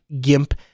GIMP